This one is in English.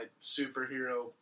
superhero